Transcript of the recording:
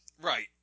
Right